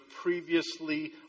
previously